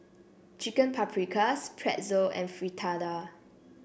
Chicken Paprikas Pretzel and Fritada